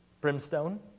Brimstone